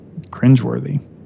cringeworthy